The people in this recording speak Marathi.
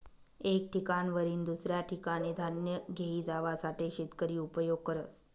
एक ठिकाणवरीन दुसऱ्या ठिकाने धान्य घेई जावासाठे शेतकरी उपयोग करस